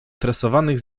tresowanych